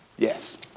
Yes